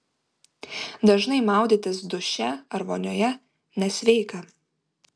dažnai maudytis duše ar vonioje nesveika